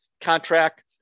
contract